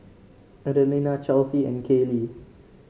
Adelina Chelsea and Kayli